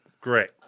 great